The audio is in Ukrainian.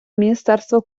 міністерства